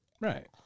Right